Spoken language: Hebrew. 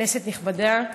כנסת נכבדה,